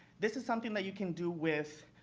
this is something that you can do with,